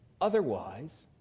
otherwise